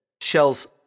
Shell's